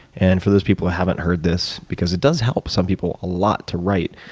and for those people who haven't heard this, because it does help some people a lot to write,